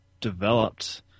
developed